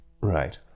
Right